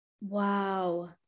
Wow